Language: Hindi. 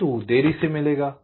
C2 देरी से मिलेगा